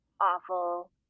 awful